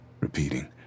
repeating